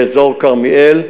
באזור כרמיאל.